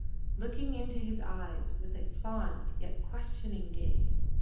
looking into his eyes with a fond yet questioning gaze.